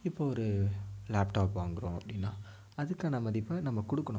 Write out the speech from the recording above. இப்போ ஒரு லேப்டாப் வாங்குகிறோம் அப்படினா அதுக்கான மதிப்பை நம்ம கொடுக்கணும்